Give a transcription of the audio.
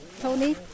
Tony